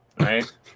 Right